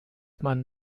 man